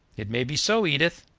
it may be so, edith,